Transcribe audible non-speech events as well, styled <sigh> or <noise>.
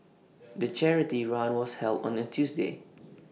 <noise> the charity run was held on A Tuesday